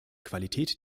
qualität